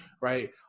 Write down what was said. right